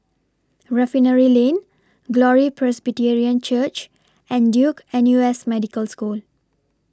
Refinery Lane Glory Presbyterian Church and Duke N U S Medical School